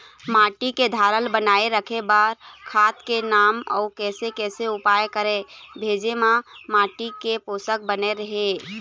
माटी के धारल बनाए रखे बार खाद के नाम अउ कैसे कैसे उपाय करें भेजे मा माटी के पोषक बने रहे?